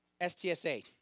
STSA